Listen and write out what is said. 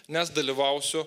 nes dalyvausiu